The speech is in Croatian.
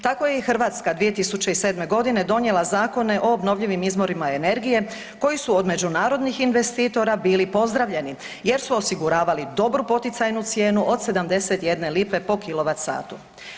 Tako je i Hrvatska 2007. godine donijela zakone o obnovljivim izvorima energije koji su od međunarodnih investitora bili pozdravljeni jer su osiguravali dobru poticajnu cijenu od 71 lipe po kW satu.